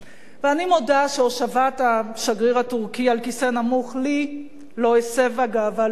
ואני מודה שהושבת השגריר הטורקי על כיסא נמוך לי לא הסבה גאווה לאומית.